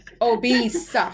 obese